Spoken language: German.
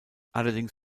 allerdings